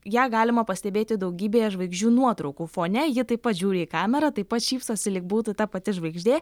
ją galima pastebėti daugybėje žvaigždžių nuotraukų fone ji taip pat žiūri į kamerą taip pat šypsosi lyg būtų ta pati žvaigždė